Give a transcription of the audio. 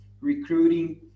recruiting